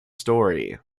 story